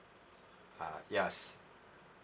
uh yes